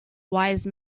wise